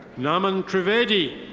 naman trevadi.